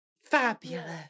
fabulous